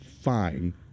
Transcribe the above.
fine